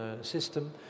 system